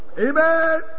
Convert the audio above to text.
Amen